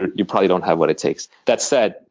you probably don't have what it takes. that said,